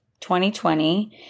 2020